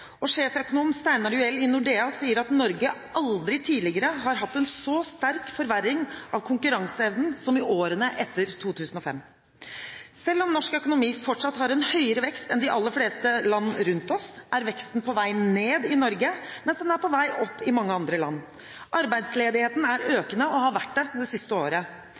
og sjeføkonom Steinar Juel i Nordea sier at Norge aldri tidligere har hatt en så sterk forverring av konkurranseevnen som i årene etter 2005. Selv om norsk økonomi fortsatt har en høyere vekst enn de aller fleste land rundt oss, er veksten på vei ned i Norge, mens den er på vei opp i mange andre land. Arbeidsledigheten er økende – og har vært det det sist året.